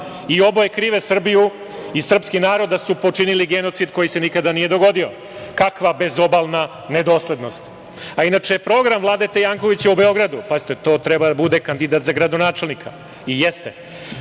i oboje krive Srbiju i srpski narod da su počinili genocid, koji se nikada nije dogodio. Kakva bezobalna nedoslednost. Inače, program Vladete Jankovića u Beogradu, pazite, to treba da bude kandidat za gradonačelnika, i jeste,